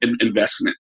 investment